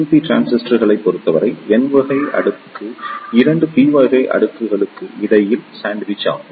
B டிரான்சிஸ்டர்களைப் பொறுத்தவரை n வகை அடுக்கு இரண்டு p வகை அடுக்குகளுக்கு இடையில் சாண்ட்விச் ஆகும்